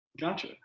Gotcha